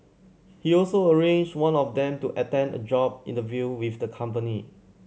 he also arranged one of them to attend a job interview with the company